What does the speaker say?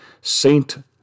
saint